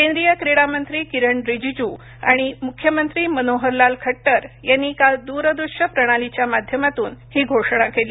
केंद्रीय क्रीडा मंत्री किरण रिजिजू आणि मुख्यमंत्री मनोहरलाल खट्टर यांनी काल द्रदृश्य प्रणालीच्या माध्यमातून ही घोषणा केली